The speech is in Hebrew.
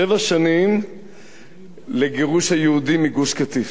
שבע שנים לגירוש היהודים מגוש-קטיף,